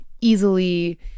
easily